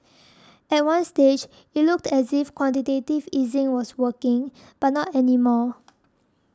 at one stage it looked as if quantitative easing was working but not any more